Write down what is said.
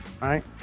Right